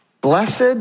Blessed